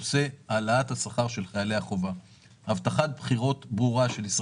נושא העלאת השכר של חיילי החובה.